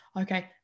okay